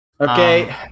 okay